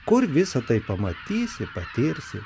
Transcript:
kur visa tai pamatys ir patirsi